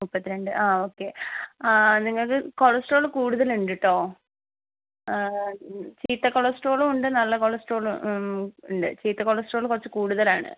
മുപ്പത്തിരണ്ട് ആ ഓക്കെ നിങ്ങൾക്ക് കൊളസ്ട്രോൾ കൂടുതൽ ഉണ്ട് കേട്ടോ ചീത്ത കൊളസ്ട്രോളും ഉണ്ട് നല്ല കൊളസ്ട്രോളും ഉണ്ട് ചീത്ത കൊളസ്ട്രോൾ കുറച്ച് കൂടുതലാണ്